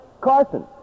Carson